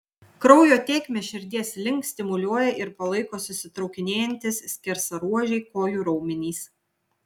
kraujo tėkmę širdies link stimuliuoja ir palaiko susitraukinėjantys skersaruožiai kojų raumenys